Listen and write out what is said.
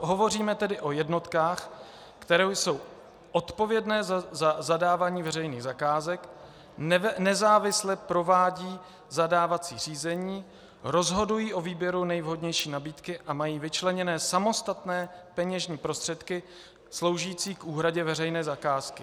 Hovoříme tedy o jednotkách, které jsou odpovědné za zadávání veřejných zakázek, nezávisle provádějí zadávací řízení, rozhodují o výběru nejvhodnější nabídky a mají vyčleněné samostatné peněžní prostředky sloužící k úhradě veřejné zakázky.